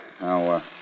Now